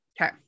Okay